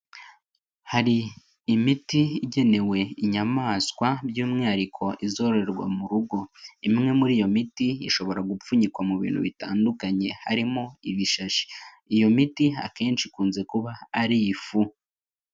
Hari imiti igenewe inyamaswa by'umwihariko izororerwa mu rugo, imwe muri iyo miti ishobora gupfunyikwa mu bintu bitandukanye harimo ibishashi, iyo miti akenshi ikunze kuba ari ifu.